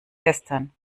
gestern